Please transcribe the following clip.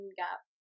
gap